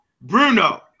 Bruno